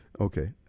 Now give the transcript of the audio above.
okay